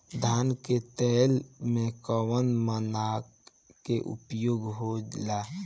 धान के तौल में कवन मानक के प्रयोग हो ला?